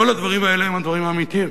כל הדברים האלה הם הדברים האמיתיים,